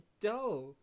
dull